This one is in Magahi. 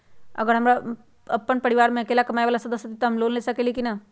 अगर हम अपन परिवार में अकेला कमाये वाला सदस्य हती त हम लोन ले सकेली की न?